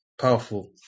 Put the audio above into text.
Powerful